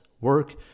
work